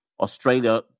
Australia